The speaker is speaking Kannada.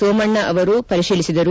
ಸೋಮಣ್ಣ ಅವರು ಪರಿತೀಲಿಸಿದರು